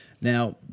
Now